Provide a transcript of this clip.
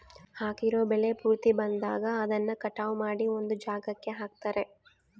ಹಾಕಿರೋ ಬೆಳೆ ಪೂರ್ತಿ ಬಂದಾಗ ಅದನ್ನ ಕಟಾವು ಮಾಡಿ ಒಂದ್ ಜಾಗಕ್ಕೆ ಹಾಕ್ತಾರೆ